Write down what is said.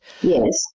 Yes